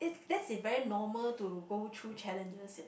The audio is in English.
that is very normal to go through challenges and